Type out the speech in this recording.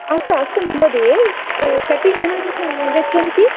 अस्तु अस्तु महोदये कति जनाः आगच्छन्ति